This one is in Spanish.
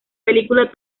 película